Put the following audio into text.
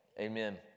Amen